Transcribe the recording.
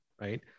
right